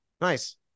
Nice